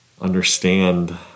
understand